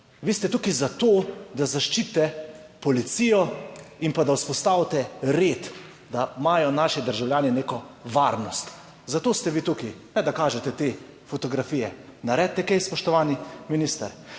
Vi ste tukaj za to, da zaščitite policijo in pa da vzpostavite red, da imajo naši državljani neko varnost. Za to ste vi tukaj, ne da kažete te fotografije. Naredite kaj, spoštovani minister.